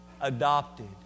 adopted